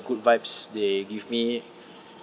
good vibes they give me